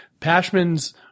Pashman's